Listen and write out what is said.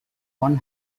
one